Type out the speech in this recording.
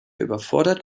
überfordert